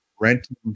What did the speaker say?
renting